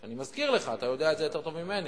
אני מזכיר לך ואתה יודע את זה יותר טוב ממני,